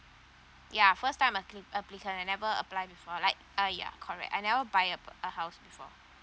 yeah first time appli~ applicant I never apply before like uh yeah correct I never buy a b~ a house before